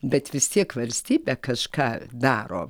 bet vis tiek valstybė kažką daro